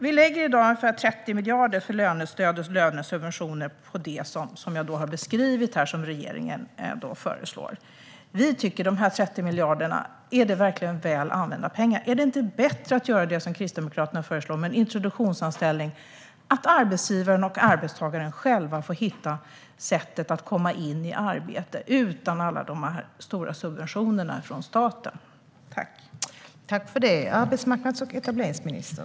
Vi lägger i dag ungefär 30 miljarder på lönestöd och lönesubventioner för det som jag har beskrivit och som regeringen föreslår. Vi undrar om dessa 30 miljarder verkligen är väl använda pengar. Är det inte bättre att göra det som Kristdemokraterna föreslår med en introduktionsanställning där arbetsgivaren och arbetstagaren själva får hitta sättet att komma in i arbete utan alla dessa stora subventioner från staten?